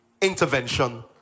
intervention